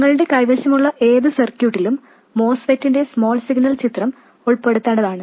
നിങ്ങളുടെ കൈവശമുള്ള ഏത് സർക്യൂട്ടിലും മോസ്ഫെറ്റിന്റെ സ്മോൾ സിഗ്നൽ ചിത്രം ഉൾപ്പെടുത്തേണ്ടതാണ്